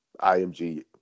IMG